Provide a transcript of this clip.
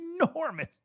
enormous